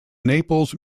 naples